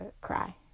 cry